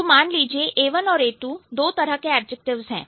तो मान लीजिए A1और A2 दो तरह के एडजेक्टिव्स है